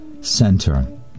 center